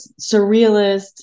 surrealist